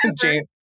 James